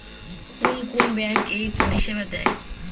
কোন কোন ব্যাঙ্ক এই পরিষেবা দেয়?